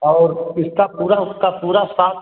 और इसका पूरा उसका पूरा साथ